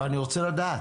אבל אני רוצה לדעת.